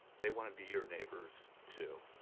they want to be your neighbors, too.